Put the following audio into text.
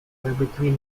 between